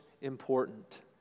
important